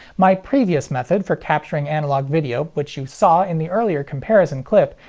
my previous method for capturing analog video, which you saw in the earlier comparison clip,